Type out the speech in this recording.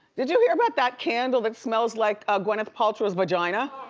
did you hear about that candle that smells like ah gwyneth paltrow's vagina?